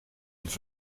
und